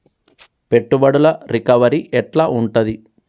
పెట్టుబడుల రికవరీ ఎట్ల ఉంటది?